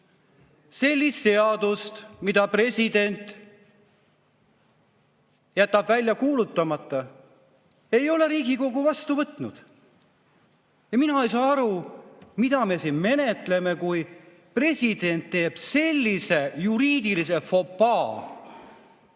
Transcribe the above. Sellist seadust, mille president jätab välja kuulutamata, ei ole Riigikogu vastu võtnud. Mina ei saa aru, mida me siin menetleme, kui president teeb sellise juriidilise fopaa.